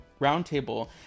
Roundtable